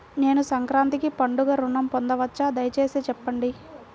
నేను సంక్రాంతికి పండుగ ఋణం పొందవచ్చా? దయచేసి చెప్పండి?